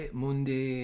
mundi